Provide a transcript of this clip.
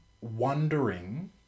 wondering